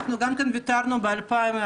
גם ויתרנו ב-2020,